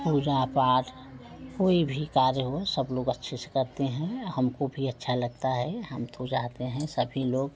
पूजा पाठ कोई भी कार्य हो सब लोग अच्छे से करते हैं हम को भी अच्छा लगता है हम तो चाहते हैं सभी लोग